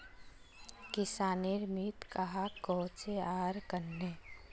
किसानेर मित्र कहाक कोहचे आर कन्हे?